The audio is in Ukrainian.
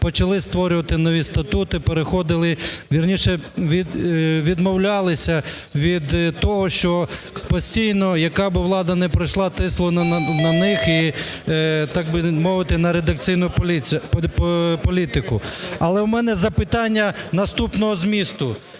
почали створювати нові статути, переходили, вірніше, відмовлялися від того, що постійно, яка би влада не прийшла, тисли на них і, так би мовити, на редакційну політику. Але в мене запитання наступного змісту.